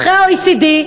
אחרי ה-OECD,